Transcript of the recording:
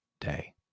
day